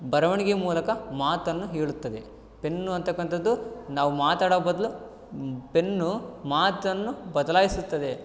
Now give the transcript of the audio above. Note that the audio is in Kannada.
ಬರವಣಿಗೆ ಮೂಲಕ ಮಾತನ್ನು ಹೇಳುತ್ತದೆ ಪೆನ್ನು ಅಂತಕ್ಕಂಥದ್ದು ನಾವು ಮಾತಾಡೋ ಬದಲು ಪೆನ್ನು ಮಾತನ್ನು ಬದಲಾಯಿಸುತ್ತದೆ